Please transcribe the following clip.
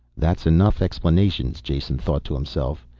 that's enough explanations, jason thought to himself.